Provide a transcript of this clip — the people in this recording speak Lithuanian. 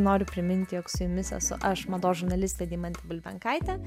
noriu priminti jog su jumis esu aš mados žurnalistė deimantė bulbenkaitė